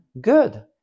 good